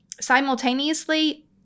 simultaneously